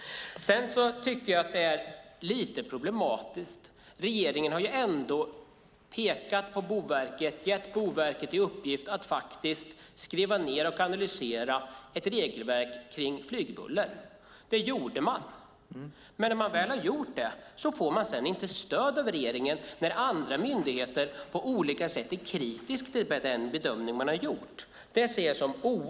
När regeringen gett Boverket i uppdrag att skriva ned och analysera ett regelverk gällande flygbuller, vilket man gjorde, ser jag det som problematiskt att regeringen då inte ger Boverket stöd när andra myndigheter är kritiska till den bedömning som gjorts.